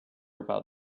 about